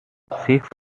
sixth